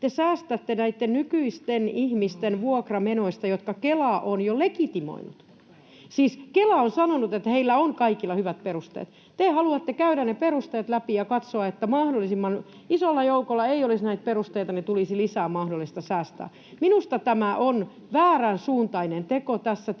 Te säästätte näitten nykyisten ihmisten vuokramenoista, jotka Kela on jo legitimoinut — siis Kela on sanonut, että heillä on kaikilla hyvät perusteet. Te haluatte käydä ne perusteet läpi ja katsoa, että mahdollisimman isolla joukolla ei olisi näitä perusteita, niin tulisi lisää mahdollista säästöä. Minusta tämä on vääränsuuntainen teko tässä tilanteessa,